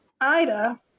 Ida